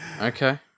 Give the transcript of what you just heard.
Okay